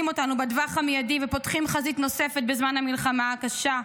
אותנו בטווח המיידי ופותחים חזית נוספת בזמן המלחמה הקשה,